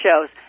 shows